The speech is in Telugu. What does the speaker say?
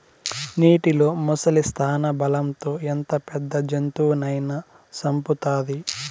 నీటిలో ముసలి స్థానబలం తో ఎంత పెద్ద జంతువునైనా సంపుతాది